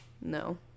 no